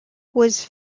was